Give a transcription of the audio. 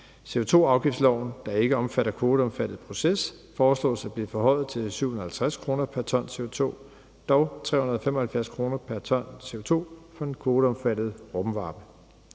CO2-afgiftsloven, der ikke omfatter kvoteomfattet proces, foreslås at blive forhøjet til 750 kr. pr. ton CO2, dog 375 kr. pr. ton CO2 for den kvoteomfattede rumvarme.